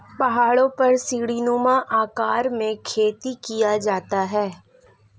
पहाड़ों पर सीढ़ीनुमा आकार में खेती किया जाता है